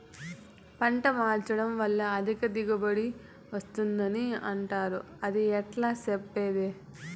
పంట మార్చడం వల్ల అధిక దిగుబడి వస్తుందని అంటారు అది ఎట్లా సెప్పండి